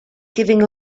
giving